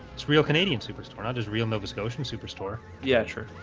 it's real canadian superstore. not just real nova scotian superstore. yeah, sure